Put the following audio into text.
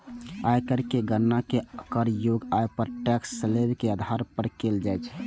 आयकर के गणना करयोग्य आय पर टैक्स स्लेब के आधार पर कैल जाइ छै